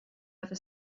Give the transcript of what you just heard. ever